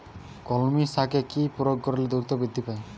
কলমি শাকে কি প্রয়োগ করলে দ্রুত বৃদ্ধি পায়?